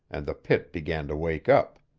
and the pit began to wake up.